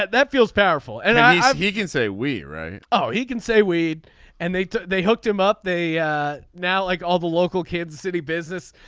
that feels powerful and i mean he can say we're right. oh he can say weed and they they hooked him up. they now like all the local kids. city business.